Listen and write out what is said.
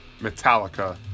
Metallica